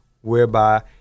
Whereby